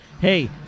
hey